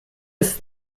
ist